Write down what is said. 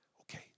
okay